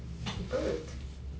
bert